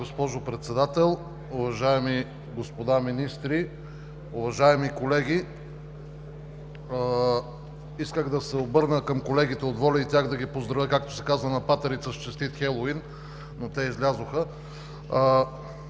госпожо Председател, уважаеми господа министри, уважаеми колеги! Исках да се обърна към колегите от „Воля“ и да ги поздравя, както се казва „на патерица“: Честит Хелоуин!, но те излязоха.